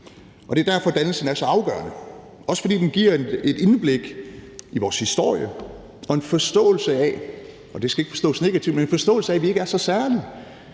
Og det er derfor, dannelsen er så afgørende, også fordi den giver et indblik i vores historie og en forståelse af, og det skal ikke forstås negativt, men en forståelse af, at vi ikke er så særlige,